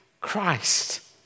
Christ